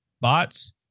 bots